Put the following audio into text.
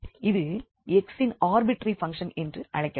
இது x இன் arbitrary function என்று அழைக்கப்படும்